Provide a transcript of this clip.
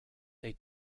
they